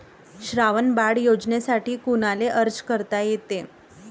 श्रावण बाळ योजनेसाठी कुनाले अर्ज करता येते?